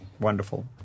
Wonderful